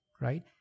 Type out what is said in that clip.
right